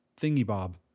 thingy-bob